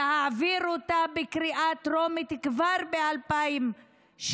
להעביר אותה בקריאה טרומית כבר ב-2016,